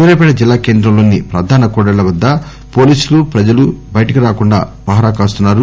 సూర్యాపేట జిల్లా కేంద్రంలోని ప్రధాన కూడళ్ల వద్ద పోలీసులు ప్రజలు బయటికి రాకుండా పహారా కాస్తున్నారు